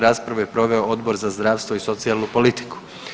Raspravu je proveo Odbor za zdravstvo i socijalnu politiku.